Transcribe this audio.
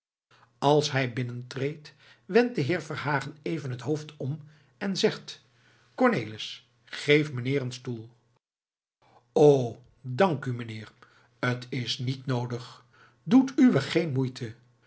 als hij binnentreedt wendt de heer verhagen even het hoofd om en zegt cornelis geef mijnheer een stoel o dank u meneer het is niet noodig doet uwé geen moeite